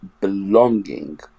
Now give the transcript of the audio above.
belonging